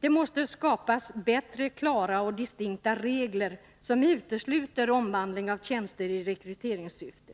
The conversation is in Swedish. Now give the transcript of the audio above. Det måste skapas bättre, klara och distinkta regler, som utesluter omvandling av tjänster i rekryteringssyfte.